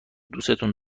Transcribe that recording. دوستون